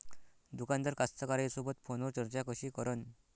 दुकानदार कास्तकाराइसोबत फोनवर चर्चा कशी करन?